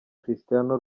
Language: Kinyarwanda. cristiano